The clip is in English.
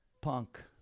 punk